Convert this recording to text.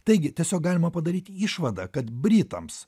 taigi tiesiog galima padaryti išvadą kad britams